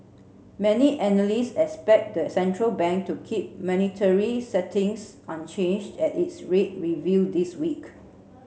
many analysts expect the central bank to keep monetary settings unchanged at its rate review this week